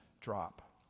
drop